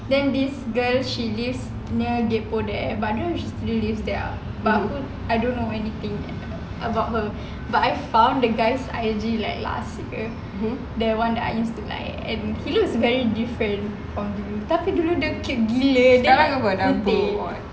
then this girl she lives near there I don't know if she still stays there ah but I don't know anything about her but I found the guy's I_G like last year the one that I used to like and he looks very different tapi dulu dia cute gila super hot